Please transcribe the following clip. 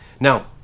Now